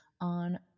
on